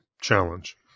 challenge